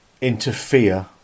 interfere